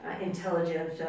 intelligence